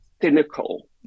cynical